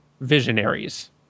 visionaries